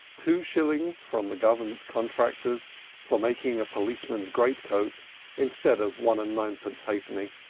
two shillings from the government contractors for making a policeman's great-coat instead of one and ninepence halfpenny,